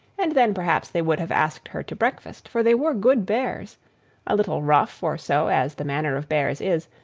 and then, perhaps, they would have asked her to breakfast for they were good bears a little rough or so, as the manner of bears is,